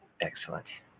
Excellent